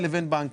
על פי